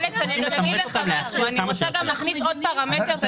לעניין הכנסה שהופקה ממכירה או מהשכרה של הדירות